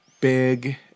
big